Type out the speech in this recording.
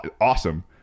awesome